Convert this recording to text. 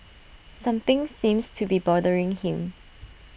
something seems to be bothering him